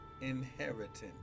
inheritance